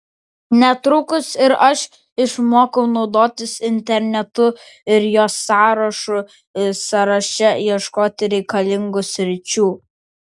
netrukus ir aš išmokau naudotis internetu ir jo sąrašų sąraše ieškoti reikalingų sričių